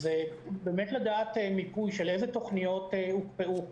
והוא באמת לדעת מיפוי של התוכניות שהוקפאו,